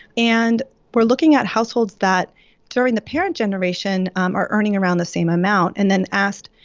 and we're looking at households that during the parent generation um are earning around the same amount and then asked,